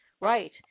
Right